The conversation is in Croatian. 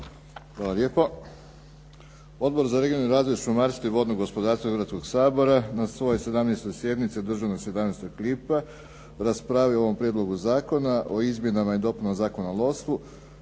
Hvala lijepo. Odbor za regionalni razvoj, šumarstvo i vodno gospodarstvo Hrvatskoga sabora na svojoj 17. sjednici održanoj 17. lipnja raspravio je o ovom prijedlogu zakona o Izmjenama i dopunama Zakona o lovstvu